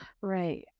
Right